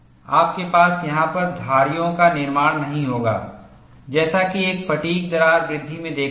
आपके पास यहां पर धारियों का निर्माण नहीं होगा जैसा की एक फ़ैटिग् दरार वृद्धि में देखते हैं